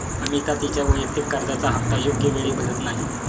अमिता तिच्या वैयक्तिक कर्जाचा हप्ता योग्य वेळी भरत नाही